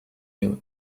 you